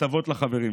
הטבות לחברים שלו.